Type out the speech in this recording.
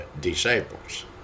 disciples